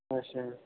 अच्छा